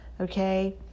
okay